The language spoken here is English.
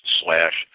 slash